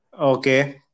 Okay